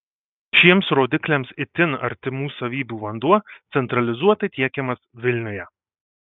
šiems rodikliams itin artimų savybių vanduo centralizuotai tiekiamas vilniuje